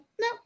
no